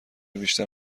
بیشتر